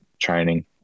training